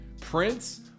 Prince